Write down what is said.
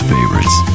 Favorites